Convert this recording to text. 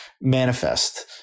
manifest